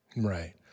Right